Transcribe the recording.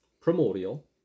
primordial